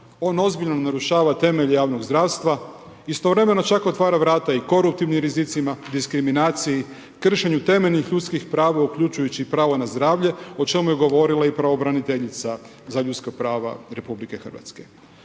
on ozbiljno narušava temelj javnog zdravstva, istovremeno čak otvara vrata i koruptivnim rizicima diskriminacija, kršenje temeljnih ljudskih prava, uključujući pravo na zdravlje o čemu je govorila i pravobraniteljica za ljudska prava RH. Ovaj